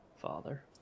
father